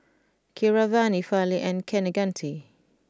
Keeravani Fali and Kaneganti